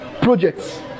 Projects